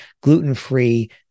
gluten-free